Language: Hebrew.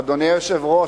אדוני היושב-ראש,